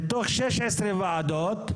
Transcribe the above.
מתוך שש עשרה ועדות,